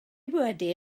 wedi